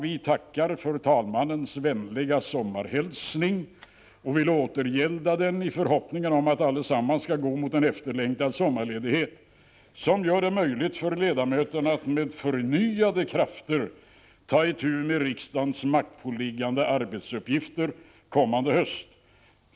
Vi tackar för talmannens vänliga sommarhälsning och vill återgälda den i förhoppningar om att allesammans skall gå mot en efterlängtad sommarledighet, som gör det möjligt för ledamöterna att med förnyade krafter ta itu med riksdagens maktpåliggande arbetsuppgifter kommande höst.